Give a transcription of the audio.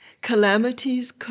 Calamities